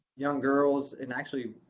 young girls, and actually,